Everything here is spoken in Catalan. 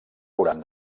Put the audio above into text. hauran